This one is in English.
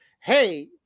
hey